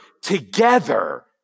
together